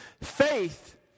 Faith